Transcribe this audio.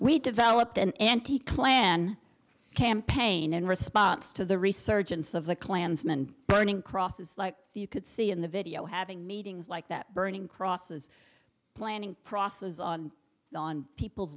we developed an anti klan campaign in response to the resurgence of the klansman burning crosses you could see in the video having meetings like that burning crosses planning processes on people's